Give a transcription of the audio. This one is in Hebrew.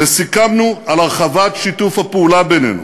וסיכמנו על הרחבת שיתוף הפעולה בינינו